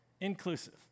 Inclusive